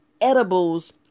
edibles